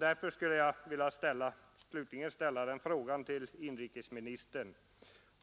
Därför skulle jag slutligen till inrikesministern vilja ställa